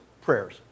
prayers